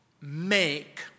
make